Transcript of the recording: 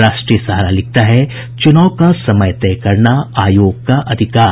राष्ट्रीय सहारा लिखता है चुनाव का समय तय करना आयोग का अधिकार